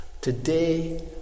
Today